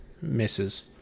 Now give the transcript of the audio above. misses